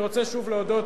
אני רוצה שוב להודות,